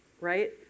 right